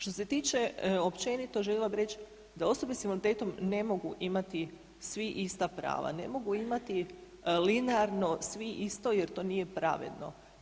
Što se tiče općenito, željela bi reći da osobe s invaliditetom ne mogu imati svi ista prava, ne mogu imati linearno svi isto jer to nije pravedno.